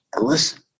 listen